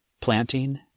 planting